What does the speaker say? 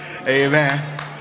Amen